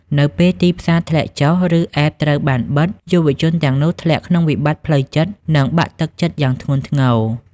នៅពេលទីផ្សារធ្លាក់ចុះ ឬ App ត្រូវបានបិទ យុវជនទាំងនោះធ្លាក់ក្នុងវិបត្តិផ្លូវចិត្ត និងបាក់ទឹកចិត្តយ៉ាងធ្ងន់ធ្ងរ។